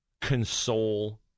console